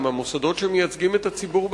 עם המוסדות שמייצגים את הציבור באזור.